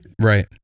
Right